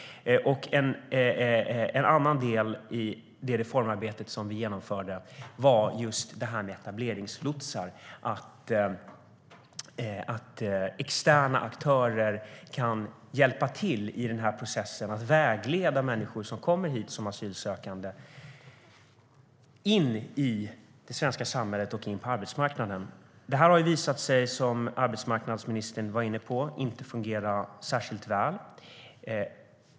En annan del i det reformarbete som vi genomförde var detta med etableringslotsar, det vill säga att externa aktörer kan hjälpa till i denna process och vägleda människor som kommer hit som asylsökande in i det svenska samhället och in på arbetsmarknaden. Som arbetsmarknadsministern var inne på har detta visat sig inte fungera särskilt väl.